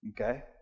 okay